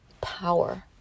power